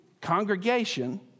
congregation